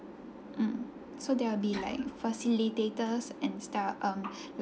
mm so there will be like facilitators and sta~ um like